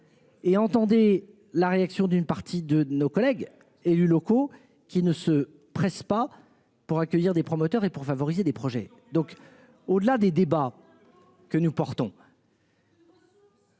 Et entendez la réaction d'une partie de nos collègues élus locaux qui ne se pressent pas pour accueillir des promoteurs et pour favoriser des projets donc au-delà des débats. Que nous portons.